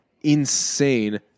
insane